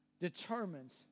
determines